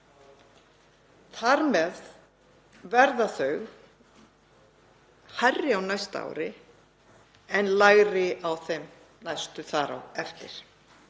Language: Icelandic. Þar með verða þau hærri á næsta ári en lægri á þeim næstu þar á eftir.